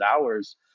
hours